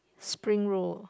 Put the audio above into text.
spring roll